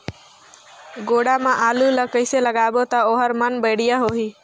गोडा मा आलू ला कइसे लगाबो ता ओहार मान बेडिया होही?